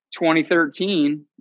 2013